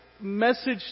message